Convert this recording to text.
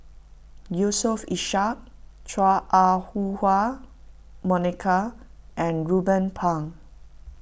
Yusof Ishak Chua Ah Huwa Monica and Ruben Pang